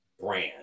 brand